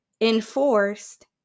enforced